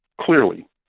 clearly